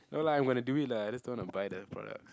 no lah I'm gonna do it lah I just don't wanna buy their products